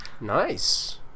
Nice